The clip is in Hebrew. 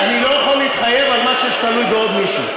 אני לא יכול להתחייב למשהו שתלוי בעוד מישהו.